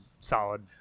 solid